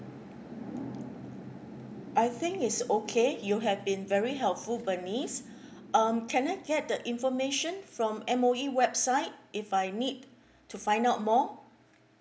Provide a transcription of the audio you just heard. I think it's okay you have been very helpful bernice um can I get the information from M_O_E website if I need to find out more